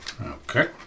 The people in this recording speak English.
Okay